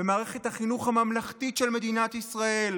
במערכת החינוך הממלכתית של מדינת ישראל